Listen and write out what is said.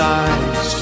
eyes